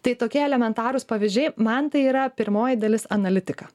tai tokie elementarūs pavyzdžiai man tai yra pirmoji dalis analitika